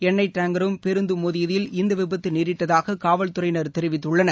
எண்ணெய் டாங்கரும் பேருந்தும் மோதியதில் இந்த விபத்து நேரிட்டதாக காவல்துறையினா் தெரிவித்துள்ளனர்